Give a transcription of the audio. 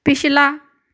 ਪਿਛਲਾ